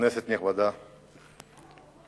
כנסת נכבדה,